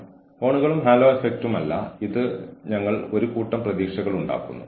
അങ്ങനെയാണ് സൌഹൃദവും സംഘടനയും കെട്ടിപ്പടുക്കുന്നത്